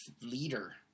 leader